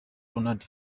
ronald